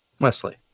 Wesley